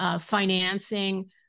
Financing